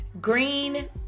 Green